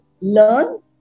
learn